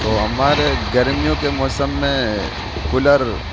تو ہمارے گرمیوں کے موسم میں کولر